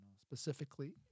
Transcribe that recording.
specifically